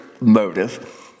motive